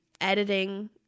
editing